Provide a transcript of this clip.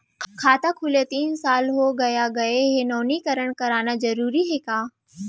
खाता खुले तीन साल हो गया गये हे नवीनीकरण कराना जरूरी हे का?